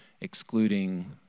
excluding